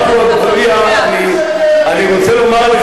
ד"ר עפו אגבאריה, עפו אגבאריה.